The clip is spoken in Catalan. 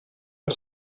per